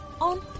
on